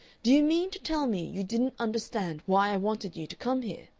do you mean to tell me you didn't understand why i wanted you to come here?